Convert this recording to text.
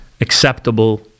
acceptable